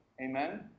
Amen